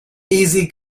easy